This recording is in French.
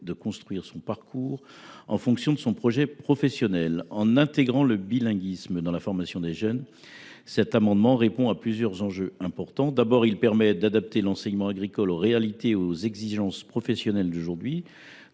de construire son parcours en fonction de son projet professionnel. En intégrant le bilinguisme dans la formation des jeunes, nous répondrions à plusieurs enjeux importants. Nous pourrions ainsi adapter l’enseignement agricole aux réalités et aux exigences professionnelles actuelles,